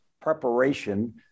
preparation